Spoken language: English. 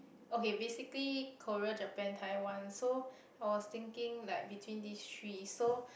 okay basically Korea Japan Taiwan so I was thinking like between these three so